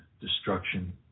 destruction